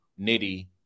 Nitty